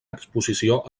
exposició